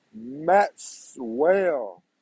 Maxwell